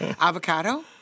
Avocado